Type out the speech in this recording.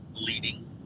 leading